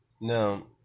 Now